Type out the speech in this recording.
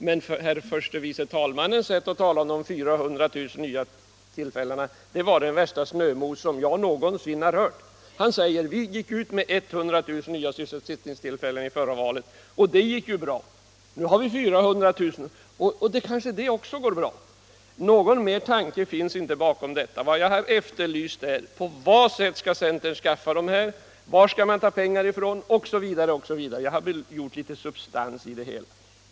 Men vad herr förste vice talmannen sade om de 400 000 nya arbetstillfällena var det värsta snömos jag någonsin har hört. Han sade: Vi gick ut med 100 000 nya sysselsättningstillfällen förra valet, och det gick ju bra. Nu tar vi 400 000, och kanske det också går bra. — Någon annan tanke fanns inte bakom detta. Jag efterlyste besked om på vilket sätt centern skall skaffa fram dessa arbetstillfällen, varifrån man skall ta pengar osv.; jag ville ha litet substans i det hela.